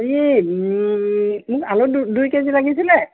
এই মোক আলু দু দুই কেজি লাগিছিলে